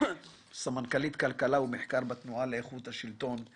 סמנכ"לית כלכלה ומחקר בתנועה לאיכות השלטון,